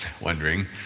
wondering